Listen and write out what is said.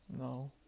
No